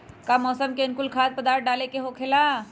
का मौसम के अनुकूल खाद्य पदार्थ डाले के होखेला?